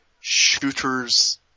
shooters